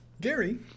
Gary